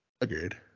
Agreed